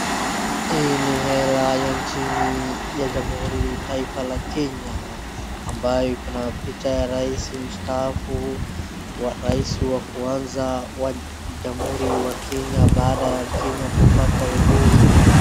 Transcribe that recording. Hii ni hela ya nchini ya jamhuri taifa la Kenya, ambayo iko na picha ya rais mstaafu, wa rais wa kwanza wa jamhuri wa Kenya baada ya Kenya kupata uhuru.